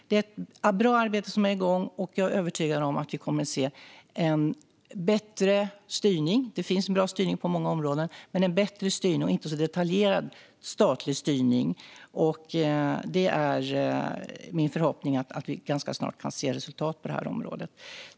Det är ett bra arbete som är igång, och även om det finns en bra styrning på många områden är jag övertygad om att vi kommer att få se en bättre och inte så detaljerad statlig styrning. Min förhoppning är att vi ganska snart kan se resultat på det här området.